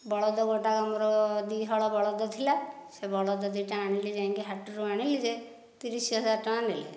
ବଳଦ ଗୋଟାକ ମୋର ଦୁଇ ହଳ ବଳଦ ଥିଲା ସେ ବଳଦ ଦୁଇଟା ଯାକ ଆଣିଲି ଯାଇକି ହାଟରୁ ଆଣିଲି ଯେ ତିରିଶ ହଜାର ଟଙ୍କା ନେଲେ